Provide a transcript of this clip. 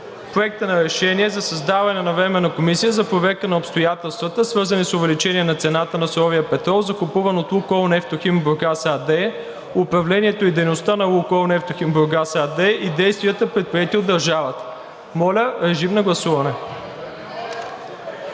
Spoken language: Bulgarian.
Проекта на решение за създаване на Временна комисия за проверка на обстоятелствата, свързани с увеличение на цената на суровия петрол, закупуван от „Лукойл Нефтохим Бургас“ АД, управлението и дейността на „Лукойл Нефтохим Бургас“ АД и действията, предприети от държавата. Гласували